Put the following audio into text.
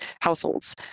households